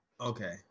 Okay